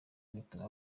bituma